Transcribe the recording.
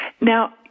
Now